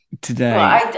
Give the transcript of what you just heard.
today